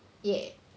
yeah